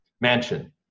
mansion